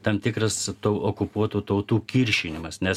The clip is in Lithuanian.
tam tikras tų okupuotų tautų kiršinimas nes